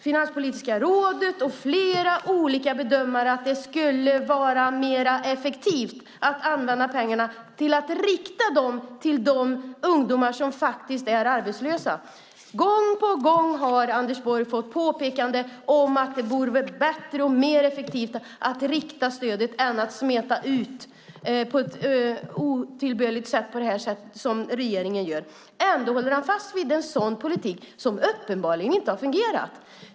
Finanspolitiska rådet och flera olika bedömare påpekar att det skulle vara mer effektivt att använda pengarna till att rikta dem till de ungdomar som är arbetslösa. Gång på gång har Anders Borg fått påpekanden om att det vore bättre och mer effektivt att rikta stödet än att smeta ut det på det otillbörliga sätt som regeringen gör. Ändå håller han fast vid en politik som uppenbarligen inte har fungerat.